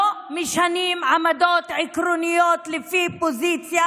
לא משנים עמדות עקרוניות לפי פוזיציה